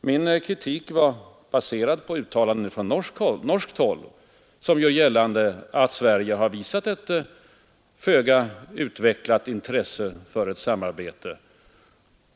Min kritik var baserad på uttalanden från norskt håll om att Sverige har visat ett föga utvecklat intresse för ett samarbete.